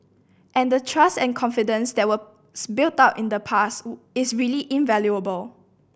and the trust and confidence that was built up in the past is really invaluable